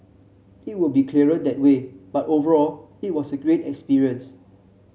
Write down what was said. it will be clearer that way but overall it was a great experience